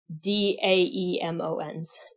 D-A-E-M-O-Ns